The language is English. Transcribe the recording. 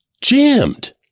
jammed